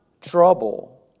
trouble